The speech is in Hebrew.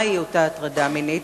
מהי אותה הטרדה מינית,